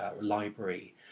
library